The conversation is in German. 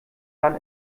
dann